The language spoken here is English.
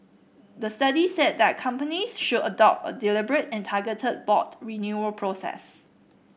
the study said that companies should adopt a deliberate and targeted board renewal process